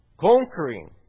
conquering